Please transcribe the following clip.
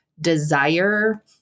desire